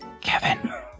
Kevin